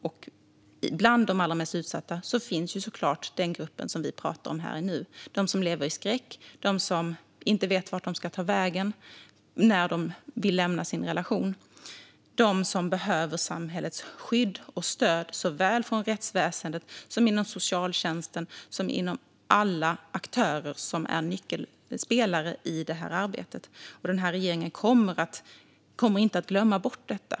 Och bland de allra mest utsatta finns såklart den grupp som vi pratar om här och nu, de som lever i skräck, de som inte vet vart de ska ta vägen när de vill lämna sin relation, de som behöver samhällets skydd och stöd från såväl rättsväsendet som socialtjänsten och alla aktörer som är nyckelspelare i det här arbetet. Regeringen kommer inte att glömma bort detta.